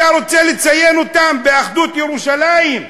אתה רוצה לציין אותן באחדות ירושלים?